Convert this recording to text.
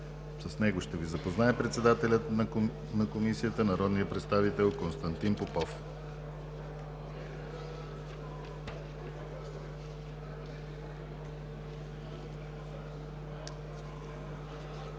отбрана ще Ви запознае председателят на Комисията народният представител Константин Попов.